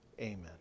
Amen